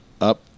up